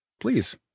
Please